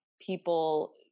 people